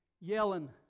yelling